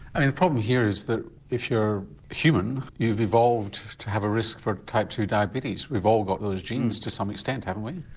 i mean the problem here is that if you're human you've evolved to have a risk for type two diabetes we've all got those genes to some extent haven't we?